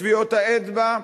את טביעות האצבע,